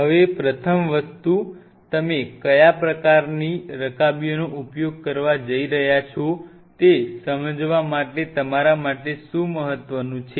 હવે પ્રથમ વસ્તુ તમે કયા પ્રકારની રકાબીઓનો ઉપયોગ કરવા જઈ રહ્યા છો તે સમજવા માટે તમારા માટે શું મહત્વનું છે